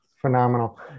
Phenomenal